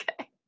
okay